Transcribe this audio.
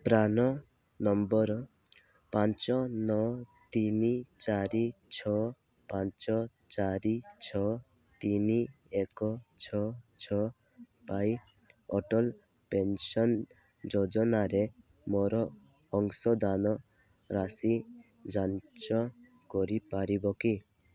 PRAN number ପାଞ୍ଚ ନଅ ତିନି ଚାରି ଛଅ ପାଞ୍ଚ ଚାରି ଛଅ ତିନି ଏକ ଛଅ ଛଅ ପାଇଁ ଅଟଲ ପେନ୍ସନ୍ ଯୋଜନାରେ ମୋର ଅଂଶଦାନ ରାଶି ଯାଞ୍ଚ କରିପାରିବ କି